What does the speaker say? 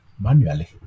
manually